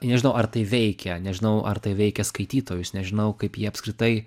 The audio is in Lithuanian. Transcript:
nežinau ar tai veikia nežinau ar tai veikia skaitytojus nežinau kaip jie apskritai